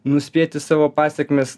nuspėti savo pasekmes